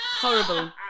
Horrible